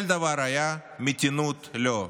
כל דבר היה, מתינות, לא.